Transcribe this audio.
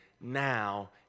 now